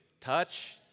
touch